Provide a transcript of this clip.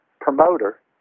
promoter